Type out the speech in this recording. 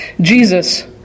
Jesus